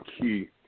key